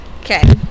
Okay